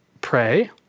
pray